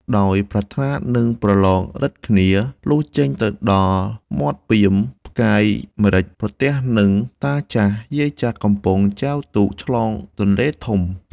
ដោយប្រាថ្នានឹងប្រឡងឫទ្ធិគ្នា លុះចេញទៅដល់មាត់ពាម ផ្កាយម្រេច ប្រទះនឹងតាចាស់យាយចាស់កំពុងចែវទូកឆ្លងទន្លេធំ។